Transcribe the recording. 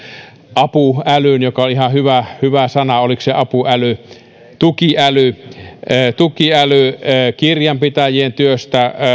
apuäly oli ihan hyvä hyvä sana vai oliko se apuäly tukiäly lakimiesten työstä kirjanpitäjien työstä